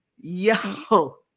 yo